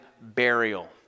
burial